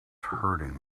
hurting